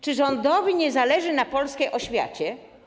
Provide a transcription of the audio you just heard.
Czy rządowi nie zależy na polskiej oświacie?